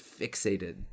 fixated